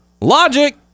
Logic